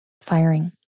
firing